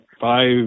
five